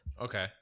Okay